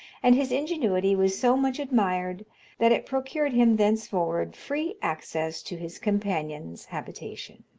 and his ingenuity was so much admired that it procured him thenceforward free access to his companion's habitation.